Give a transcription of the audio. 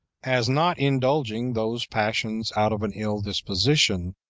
as not indulging those passions out of an ill disposition,